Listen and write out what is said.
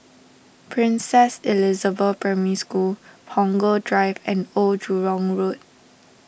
Princess Elizabeth Primary School Punggol Drive and Old Jurong Road